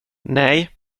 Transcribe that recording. nej